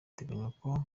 kantengwa